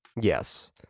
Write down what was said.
Yes